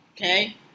Okay